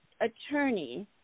attorney